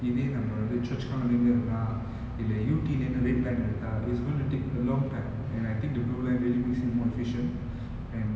இது நம்ம வந்து:ithu namma vanthu choa chu kang lah இருந்து எரங்குனா இல்ல:irunthu yerangunaa illa yew tee lah இருந்து:irunthu red line எடுத்தா:eduthaa it's going to take a long time and I think the blue line really makes it more efficient and